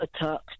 attacked